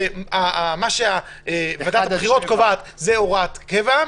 שמה שוועדת הבחירות קובעת זה הוראת קבע,